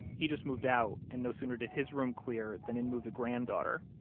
he just moved out and no sooner did his room clear than in moved a granddaughter.